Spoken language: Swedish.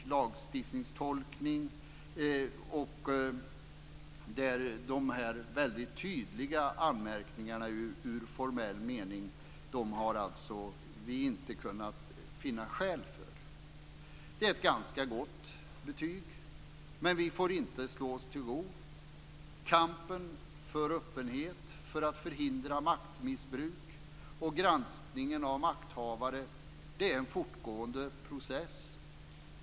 Vi har inte kunnat finna skäl för några väldigt tydliga anmärkningar i formell mening. Det är ett ganska gott betyg, men vi får inte slå oss till ro. Kampen för öppenhet, för att förhindra maktmissbruk och granskningen av makthavare är en fortgående process.